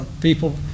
people